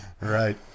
right